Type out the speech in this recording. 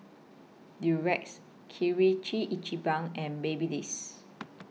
Durex Ichiban and Babyliss